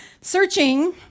Searching